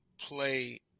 play